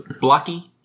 blocky